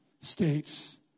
states